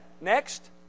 next